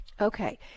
okay